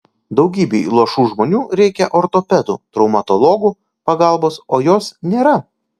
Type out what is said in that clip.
daugybei luošų žmonių reikia ortopedų traumatologų pagalbos o jos nėra